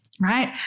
right